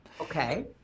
Okay